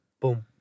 boom